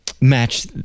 match